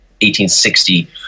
1860